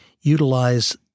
utilize